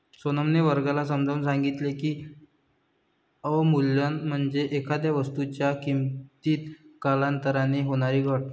सोनमने वर्गाला समजावून सांगितले की, अवमूल्यन म्हणजे एखाद्या वस्तूच्या किमतीत कालांतराने होणारी घट